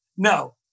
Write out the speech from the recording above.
No